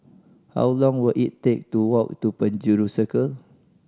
how long will it take to walk to Penjuru Circle